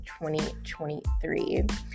2023